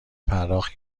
پرداخت